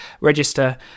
register